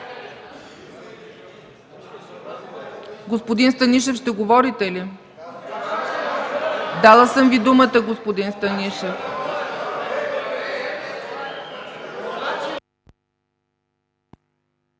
Господин Станишев, ще говорите ли? Дала съм Ви думата, господин Станишев.